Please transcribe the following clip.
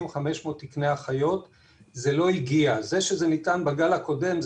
כל משפחה זה עולם ומלואו.